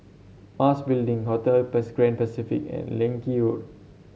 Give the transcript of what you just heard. Mas Building Hotel Best Grand Pacific and Leng Kee Road